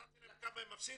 אמרתי להם כמה מפסיד,